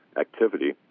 activity